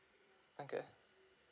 okay